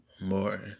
More